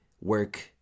Work